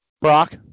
Brock